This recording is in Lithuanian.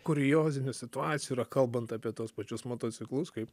kuriozinių situacijų yra kalbant apie tuos pačius motociklus kaip